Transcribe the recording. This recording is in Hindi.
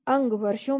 अंग वर्षों में